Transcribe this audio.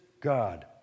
God